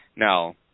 Now